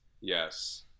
Yes